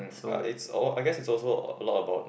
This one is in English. uh it's all I guess is also a lot about